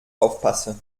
aufpasse